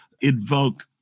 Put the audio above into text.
invoke